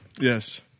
Yes